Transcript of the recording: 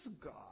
God